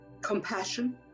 Compassion